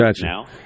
now